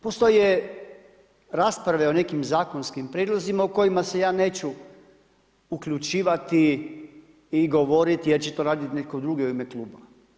Postoje rasprave o nekim zakonskim prijedlozima o kojima se ja neću uključivati i govoriti jer će to raditi netko drugi u ime Kluba.